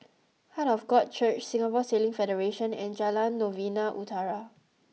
Heart of God Church Singapore Sailing Federation and Jalan Novena Utara